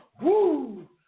Woo